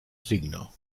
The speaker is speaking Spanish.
signo